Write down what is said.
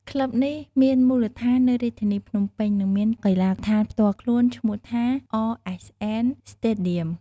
ក្លឹបនេះមានមូលដ្ឋាននៅរាជធានីភ្នំពេញ និងមានកីឡដ្ឋានផ្ទាល់ខ្លួនឈ្មោះថា RSN Stadium។